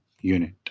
unit